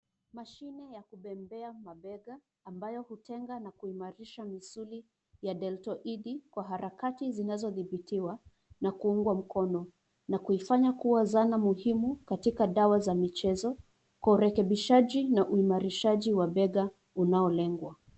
Mashine ya kubebea mabega, ambayo hutenga na kuimarisha misuli ya deltoidi kwa harakati zinazodhibitiwa na kuungwa mkono na kuifanya kuwa zana muhimu katika dawa za michezo, kwa urekebishaji na uhimarishaji wa bega linaolengwa.